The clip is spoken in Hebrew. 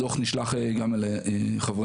הדוח נשלח גם לוועדה.